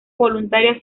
voluntaria